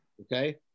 okay